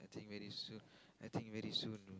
I think very soon I think very soon